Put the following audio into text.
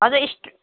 हजुर इस्ट